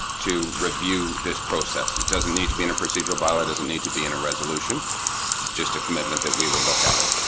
to review this process it doesn't need to be procedural bylaw doesn't need to be in a resolution just a commitment that we will look at it.